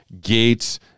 Gates